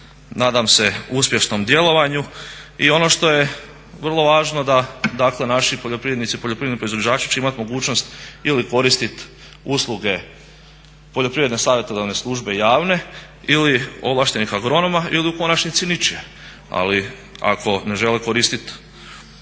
nadam se uspješnom djelovanju i ono što je vrlo važno dakle da naši poljoprivrednici i poljoprivredni proizvođači će imati mogućnost ili koristiti usluge poljoprivredne savjetodavne službe javne ili ovlaštenih agronoma ili u konačnici ničije. Ali ako ne žele koristit usluge